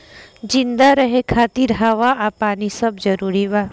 जिंदा रहे खातिर हवा आ पानी सब जरूरी बा